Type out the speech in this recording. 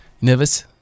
nervous